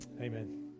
Amen